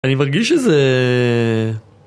אני מרגיש שזה...